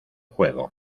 juego